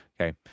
Okay